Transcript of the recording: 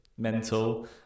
mental